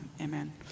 amen